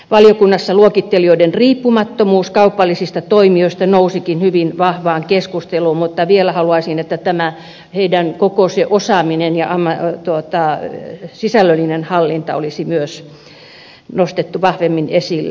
valiokunnassa luokittelijoiden riippumattomuus kaupallisista toimijoista nousikin hyvin vahvaan keskusteluun mutta vielä haluaisin että tämä heidän koko osaamisensa ja sisällöllinen hallintansa olisi myös nostettu vahvemmin esille